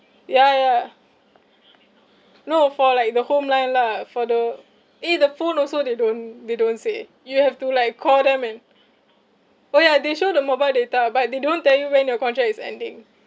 ya ya no for like the home line lah for the eh the phone also they don't they don't say you have to like call them and oh ya they show the mobile data but they don't tell you when your contract is ending